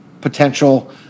potential